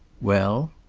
well!